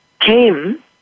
came